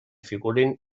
figuren